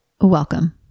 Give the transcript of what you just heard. Welcome